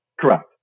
Correct